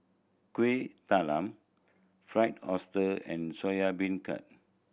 Kuih Talam Fried Oyster and Soya Beancurd